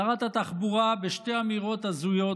שרת התחבורה בשתי אמירות הזויות: